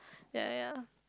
ya ya